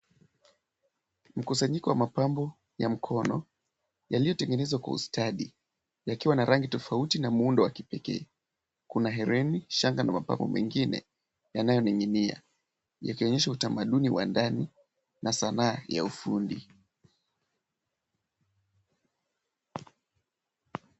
Mkusanyiko wa mapambo ya mkono yaliyotengenezwa kwa ustadi yakiwa na rangi tofauti na muundo wa kipekee. Kuna hereni, shanga na mapambo mengine yanayoninginia yakionesha utamaduni wa ndani na sanaa ya ufundi.